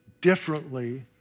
differently